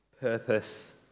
purpose